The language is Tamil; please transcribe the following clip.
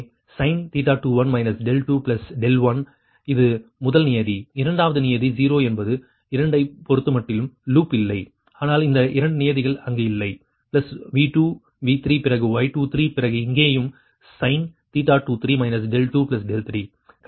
எனவே sin 21 21 இது முதல் நியதி இரண்டாவது நியதி 0 என்பது 2 ஐப் பொறுத்தமட்டில் லூப் இல்லை ஆனால் இந்த 2 நியதிகள் அங்கு இல்லை பிளஸ் V2 V3 பிறகு Y23 பிறகு இங்கேயும் sin 23 23